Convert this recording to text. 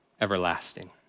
everlasting